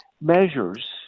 measures